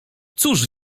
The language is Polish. cóż